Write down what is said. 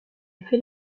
fait